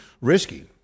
risky